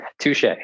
Touche